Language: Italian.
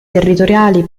territoriali